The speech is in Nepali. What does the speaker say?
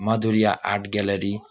Madhuria art gallery